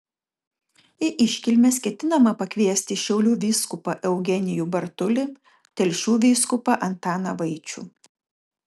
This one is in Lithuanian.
į iškilmes ketinama pakviesti šiaulių vyskupą eugenijų bartulį telšių vyskupą antaną vaičių